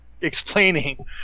explaining